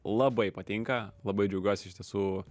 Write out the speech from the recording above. labai patinka labai džiaugiuosi iš tiesų